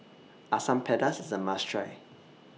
Asam Pedas IS A must Try